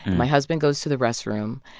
my husband goes to the restroom.